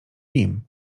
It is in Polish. nim